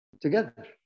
together